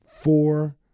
four